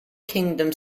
kingdom